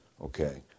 okay